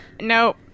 Nope